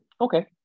Okay